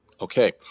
Okay